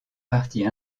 partie